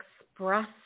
express